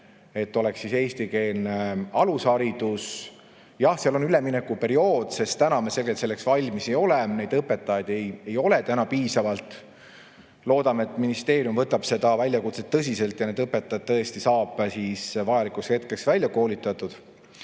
et oleks eestikeelne alusharidus. Jah, selleks on üleminekuperiood, sest täna me selgelt selleks valmis ei ole, neid õpetajaid ei ole piisavalt. Loodame, et ministeerium võtab seda väljakutset tõsiselt ja need õpetajad tõesti saab vajalikuks hetkeks välja koolitatud.